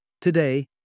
Today